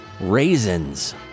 Raisins